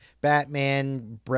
Batman